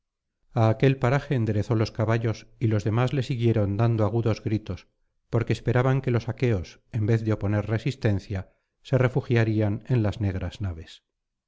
a aquel paraje enderezó los caballos y los demás le siguieron dando agudos gritos porque esperaban que los aqueos en vez de oponer resistencia se refugiarían en las negras naves